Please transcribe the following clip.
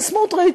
וסמוטריץ,